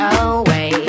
away